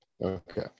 Okay